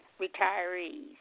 retirees